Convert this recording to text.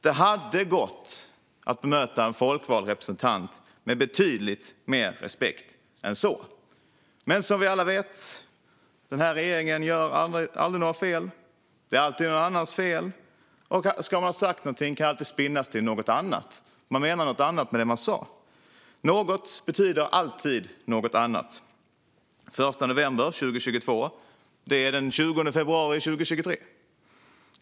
Det hade gått att bemöta en folkvald representant med betydligt mer respekt än så. Men som vi alla vet gör den här regeringen aldrig några fel. Det är alltid någon annans fel, och ska man ha sagt någonting kan det alltid spinnas till något annat. Man menade något annat med det man sa. Något betyder alltid något annat. Den 1 november 2022 betyder den 20 februari 2023.